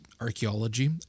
archaeology